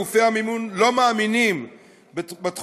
גופי המימון לא מאמינים בתחום,